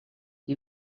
qui